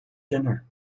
dinner